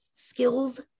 Skills